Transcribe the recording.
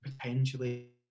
potentially